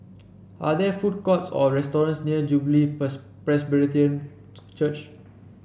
are there food courts or restaurants near Jubilee Presbyterian Church